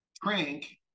crank